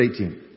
18